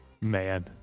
Man